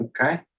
Okay